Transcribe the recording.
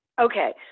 Okay